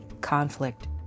conflict